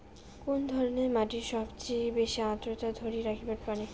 কুন ধরনের মাটি সবচেয়ে বেশি আর্দ্রতা ধরি রাখিবার পারে?